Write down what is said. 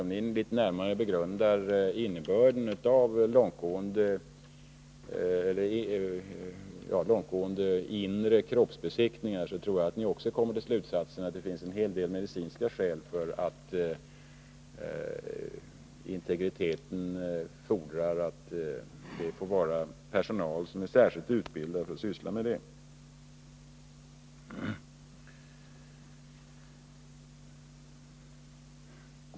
Om ni litet närmare begrundar innebörden av långtgående inre kroppsbesiktningar, tror jag att ni också kommer till slutsatsen att det finns en hel del medicinska skäl för att integriteten fordrar att detta skall göras av personal som är särskilt utbildad för att syssla med det.